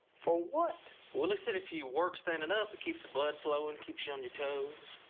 for what? willie said if you work standing up, it keeps the blood flowing, keeps you on your toes.